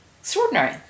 extraordinary